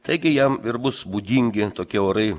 taigi jam ir bus būdingi tokie orai